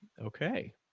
Okay